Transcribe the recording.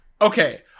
Okay